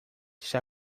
está